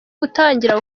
gutangira